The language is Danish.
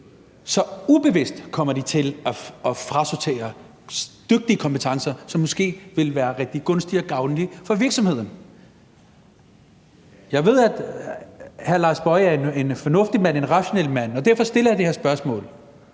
Så ubevidst kommer de til at frasortere dygtige folk med kompetencer, som måske ville være rigtig gunstige og gavnlige for virksomheden. Jeg ved, at hr. Lars Boje Mathiesen er en fornuftig mand, en rationel mand, og derfor stiller jeg det her spørgsmål: